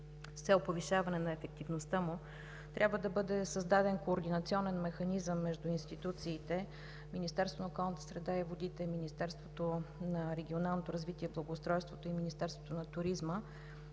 С цел повишаване на ефективността му трябва да бъде създаден координационен механизъм между институциите: Министерството на околната среда и водите, Министерството на регионалното развитие и благоустройството и Министерството на туризма,